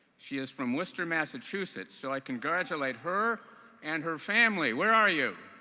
she is from worcester, massachusetts, so i congratulate her and her family. where are you?